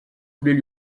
voulait